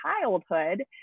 childhood